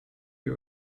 you